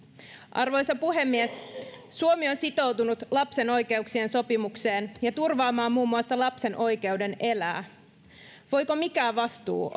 arvoisa puhemies suomi on sitoutunut lapsen oikeuksien sopimukseen ja turvaamaan muun muassa lapsen oikeuden elää voiko mikään vastuu